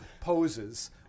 poses